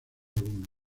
alguno